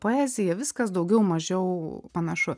poezija viskas daugiau mažiau panašu